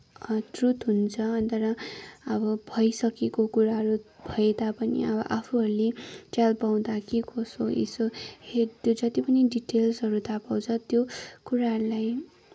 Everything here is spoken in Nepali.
ट्रुथ हुन्छ अनि त्यहाँबाट अब भइसकेको कुराहरू भए तापनि अब आफूहरूले चाल पाउँदा के कसो यसो हेर्थ्यो जति पनि डिटेल्सहरू थाहा पाउँछ त्यो कुराहरूलाई